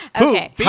Okay